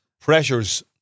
pressures